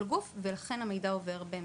לקבל כל גוף ולכן המידע עובר באמצעותנו.